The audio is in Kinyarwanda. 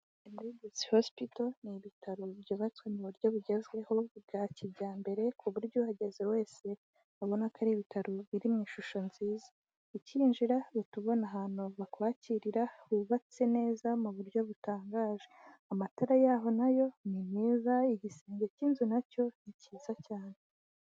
Legacy hospital ni ibitaro byubatswe mu buryo bugezweho bwa kijyambere ku buryo uhageze wese abona ko ari ibitaro biri mu ishusho nziza. Ukinjira uhita ubona ahantu bakwakirira hubatse neza mu buryo butangaje. Amatara yaho na yo ni meza. Igisenge cy'inzu na cyo ni kiza cyane.